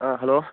ꯑꯥ hello